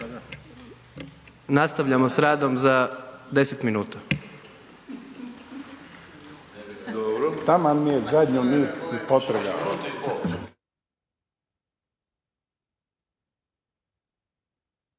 Nastavljamo s radom za 10 minuta.